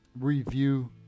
review